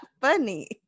funny